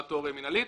נעתור מנהלית,